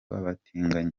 abatinganyi